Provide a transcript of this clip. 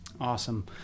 Awesome